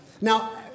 Now